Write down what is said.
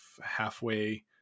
halfway